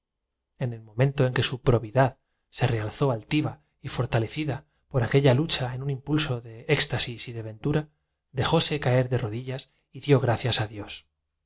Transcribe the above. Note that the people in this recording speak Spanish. en el momento en que su probidad comedor luego con la fatal inteligencia que el hombre halla súbita se realzó altiva y fortalecida por aquella lucha en un impulso de éxta mente en sí con el asombroso tacto y la energía de voluntad que nunca sis y de ventura dejóse caer de rodillas y dió gracias a dios